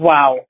Wow